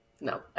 no